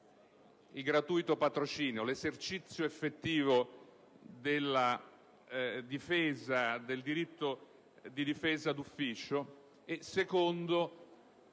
il gratuito patrocinio, cioè l'esercizio effettivo del diritto di difesa d'ufficio,